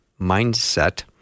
mindset